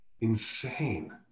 insane